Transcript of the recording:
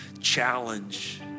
challenge